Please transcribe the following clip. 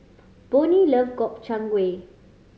Bonnie love Gobchang Gui